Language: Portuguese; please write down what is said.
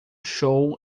show